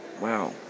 wow